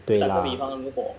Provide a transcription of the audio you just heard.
对啦